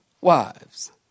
wives